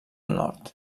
nord